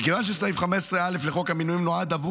בגלל שסעיף 15א לחוק המינויים נועד עבור